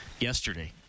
yesterday